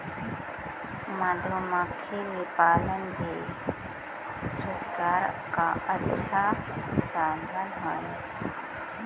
मधुमक्खी पालन भी रोजगार का अच्छा साधन हई